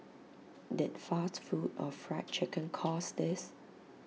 did fast food or Fried Chicken cause this